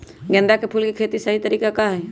गेंदा के फूल के खेती के सही तरीका का हाई?